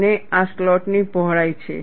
અને આ સ્લોટની પહોળાઈ છે